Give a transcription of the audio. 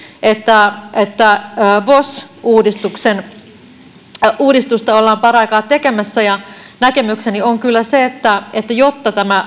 että että vos uudistusta ollaan paraikaa tekemässä näkemykseni on kyllä se että että jotta tämä